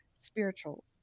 spiritual